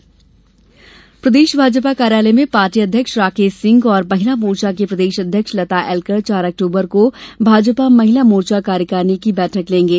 भाजपा महिला मोर्चा बैठक प्रदेश भाजपा कार्यालय में पार्टी अध्यक्ष राकेश सिंह और महिला मोर्चा की प्रदेश अध्यक्ष लता एल्कर चार अक्टूबर को भाजपा महिला मोर्चा कार्यकारिणी की बैठक लेगें